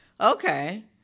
okay